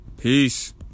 Peace